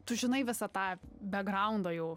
tu žinai visą tą begraundą jau